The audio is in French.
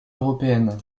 européenne